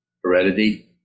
Heredity